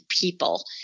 people